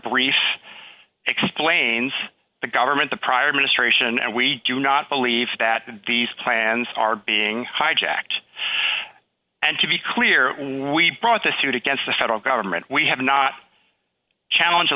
briefs explains the government the prior administration and we do not believe that these plans are being hijacked and to be clear we brought the suit against the federal government we have not challenge